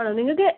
ആ നിങ്ങൾക്ക്